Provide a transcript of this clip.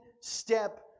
step